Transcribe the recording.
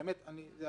זו